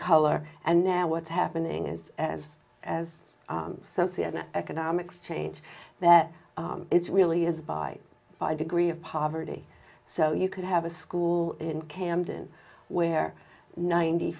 color and now what's happening is as as some see an economics change there it's really is by by degree of poverty so you could have a school in camden where ninety